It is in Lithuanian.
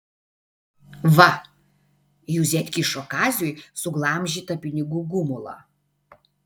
va juzė atkišo kaziui suglamžytą pinigų gumulą